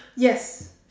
yes